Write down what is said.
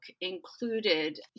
included